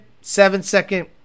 seven-second